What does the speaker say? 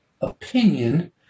opinion